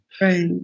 Right